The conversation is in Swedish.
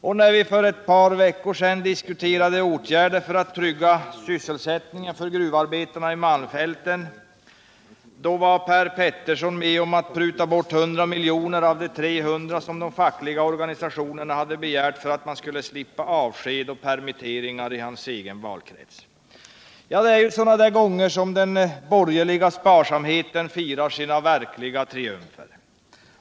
Och när vi för ett par veckor sedan diskuterade åtgärder för att trygga sysselsättningen för gruvarbetarna i malmfälten, var Per Petersson med om att pruta bort 100 miljoner av de 300 som de fackliga organisationerna hade begärt för att man skulle slippa avsked och permitteringar i hans egen valkrets. Ja, sådana gånger firar den borgerliga sparsamheten sina verkliga triumfer.